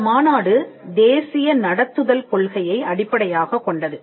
இந்த மாநாடு தேசிய நடத்துதல் கொள்கையை அடிப்படையாகக் கொண்டது